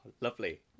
lovely